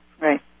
right